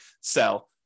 sell